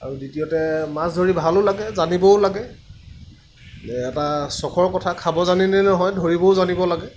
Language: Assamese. আৰু দ্বিতীয়তে মাছ ধৰি ভালো লাগে জানিবও লাগে এটা চখৰ কথা খাব জানিলেই নহয় ধৰিবও জানিব লাগে